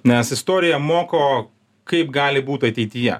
nes istorija moko kaip gali būt ateityje